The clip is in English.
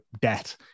debt